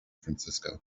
francisco